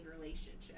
relationship